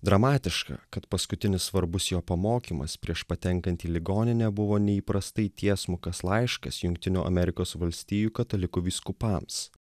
dramatiška kad paskutinis svarbus jo pamokymas prieš patenkant į ligoninę buvo neįprastai tiesmukas laiškas jungtinių amerikos valstijų katalikų vyskupams